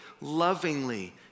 lovingly